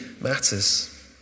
matters